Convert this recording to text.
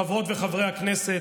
חברות וחברי הכנסת,